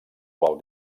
qual